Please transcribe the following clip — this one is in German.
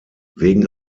wegen